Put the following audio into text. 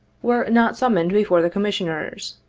were not summoned before the commissioners.